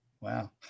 wow